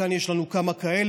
כאן יש לנו כמה כאלה,